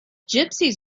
gypsies